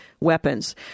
Weapons